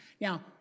Now